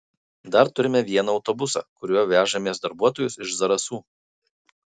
dar turime vieną autobusą kuriuo vežamės darbuotojus iš zarasų